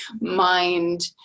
mind